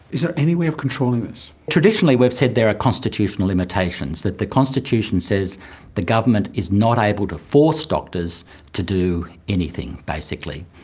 is there any way of controlling this? traditionally we have said there are constitutional limitations, that the constitution says the government is not able to force doctors to do anything, basically.